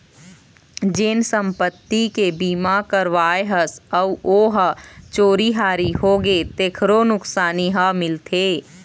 जेन संपत्ति के बीमा करवाए हस अउ ओ ह चोरी हारी होगे तेखरो नुकसानी ह मिलथे